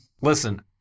Listen